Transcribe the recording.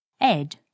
Ed